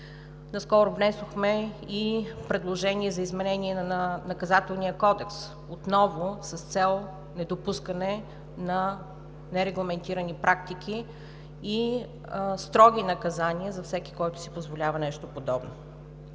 Наскоро внесохме и предложение за изменение на Наказателния кодекс – отново с цел недопускане на нерегламентирани практики и строги наказания за всеки, който си позволява нещо подобно.